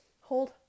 Hold